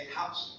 house